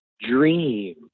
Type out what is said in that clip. dream